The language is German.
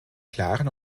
klaren